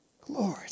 Glory